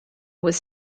was